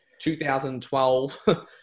2012